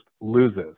loses